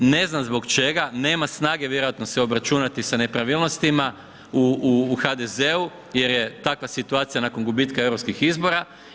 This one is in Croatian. Ne znam zbog čega, nema snage vjerojatno se obračunati sa nepravilnostima u HDZ-u jer je takva situacija nakon gubitka europskih izbora.